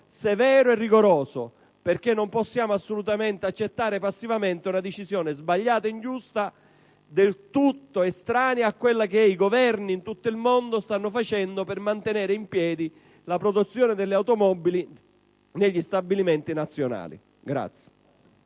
severo e rigoroso, perché non possiamo accettare passivamente una decisione sbagliata e ingiusta, del tutto estranea a quello che i Governi di tutto il mondo stanno facendo per mantenere in piedi la produzione delle automobili negli stabilimenti nazionali. **Mozioni